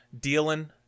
dealing